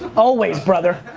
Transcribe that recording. always, brother.